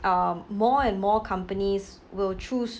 um more and more companies will choose